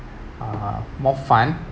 uh more fun